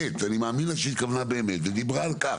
קודם, אדוני.